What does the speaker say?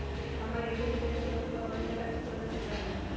हमर ए.टी.एम गुम हो गेलक ह ओकरा बंद करेला कि कि करेला होई है?